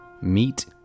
Meet